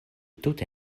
tute